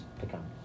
become